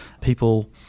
people-